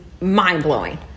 mind-blowing